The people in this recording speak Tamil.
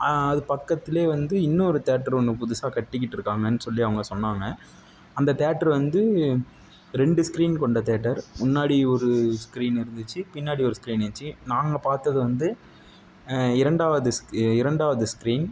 அது பக்கத்தில் வந்து இன்னோரு தியேட்டரு ஒன்று புதுசாக கட்டிக்கிட்டிருக்காங்கன்னு சொல்லி அவங்க சொன்னாங்க அந்த தியேட்டரு வந்து ரெண்டு ஸ்க்ரீன் கொண்ட தியேட்டர் முன்னாடி ஒரு ஸ்க்ரீன் இருந்துச்சு பின்னாடி ஒரு ஸ்க்ரீன் இருந்துச்சு நாங்கள் பார்த்தது வந்து இரண்டாவது ஸ்க் இரண்டாவது ஸ்க்ரீன்